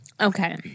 Okay